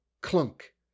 clunk